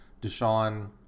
Deshaun